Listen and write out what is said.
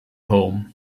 home